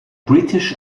british